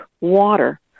water